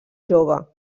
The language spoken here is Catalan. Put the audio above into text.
jove